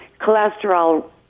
cholesterol